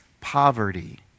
poverty